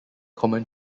common